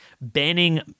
banning